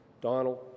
Donald